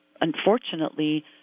unfortunately